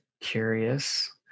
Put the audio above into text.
curious